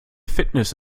fitness